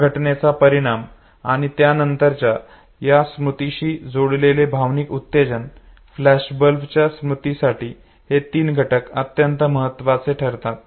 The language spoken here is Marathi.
या घटनेचा परिणाम आणि त्यानंतरच्या या स्मृतीशी जोडलेले भावनिक उत्तेजन फ्लॅशबल्बच्या स्मृतीसाठी हे तीन घटक अत्यंत महत्त्वाचे ठरतात